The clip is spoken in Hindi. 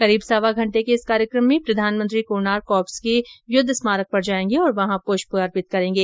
करीब सवा घंटे के इस कार्यक्रम में प्रधानमंत्री कोणार्क कॉर्प्स के युद्ध स्मारक पर जाएंगे और वहां पुष्प अर्पित करेंगे